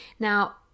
Now